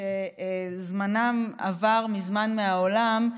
שזמנם עבר מזמן מהעולם,